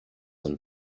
and